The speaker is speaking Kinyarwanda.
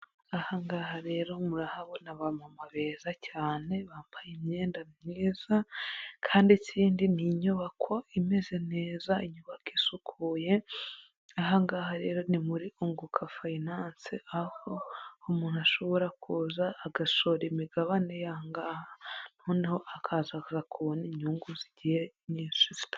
Ahangaha rero murahabona aba mama beza cyane bambaye imyenda myiza, kandi ikindi ni inyubako imeze neza inyubako isukuye, ahangaha rero ni mu nyubako ya unguka fayinanse aho umuntu ashobora kuza agashora imigabane ye ahangaha noneho akaza kubona inyungu zigiye nyinshi zitandukanye.